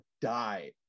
die